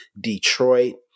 Detroit